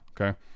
okay